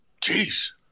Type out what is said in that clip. Jeez